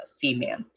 female